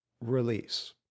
release